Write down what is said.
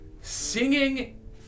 singing